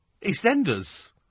EastEnders